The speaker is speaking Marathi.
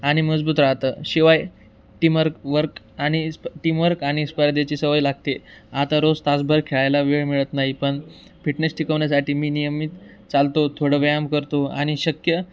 आणि मजबूत राहतं शिवाय टीमवर्क वर्क आणि स्प टीमवर्क आणि स्पर्धेची सवय लागते आता रोज तासभर खेळायला वेळ मिळत नाही पण फिटनेस टिकवण्या्साठी मी नियमित चालतो थोडं व्यायाम करतो आणि शक्य